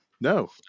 No